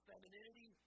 femininity